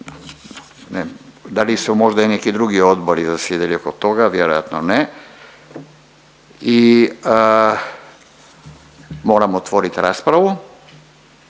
Da li su možda i neki drugi odbori zasjedali oko toga? Vjerojatno ne. I moram otvorit raspravu.